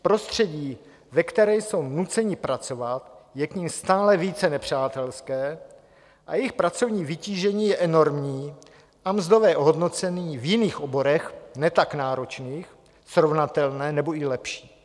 Prostředí, ve kterém jsou nuceni pracovat, je k nim stále více nepřátelské a jejich pracovní vytížení je enormní a mzdové ohodnocení v jiných oborech, ne tak náročných, srovnatelné nebo i lepší.